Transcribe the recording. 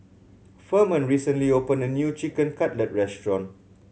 Ferman recently opened a new Chicken Cutlet Restaurant